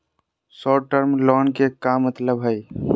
Short term loan के का मतलब हई?